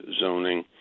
zoning